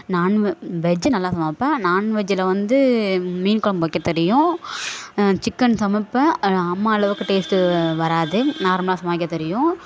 நாண் வெ வெஜ்ஜு நல்லா சமைப்பேன் நாண்வெஜ்ஜில் வந்து மீன் கொழம்பு வைக்க தெரியும் சிக்கன் சமைப்பேன் ஆனால் அம்மா அளவுக்கு டேஸ்ட்டு வராது நார்மலாக சமைக்க தெரியும்